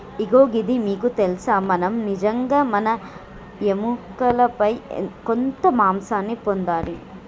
ఇగో గిది మీకు తెలుసా మనం నిజంగా మన ఎముకలపై కొంత మాంసాన్ని పొందాలి